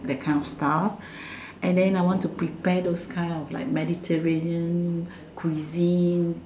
that kind of stuff and then I want to prepare those kind of like Mediterranean cuisine